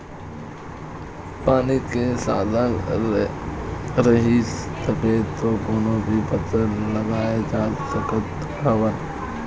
पानी के साधन रइही तभे तो कोनो भी फसल लगाए जा सकत हवन